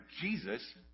Jesus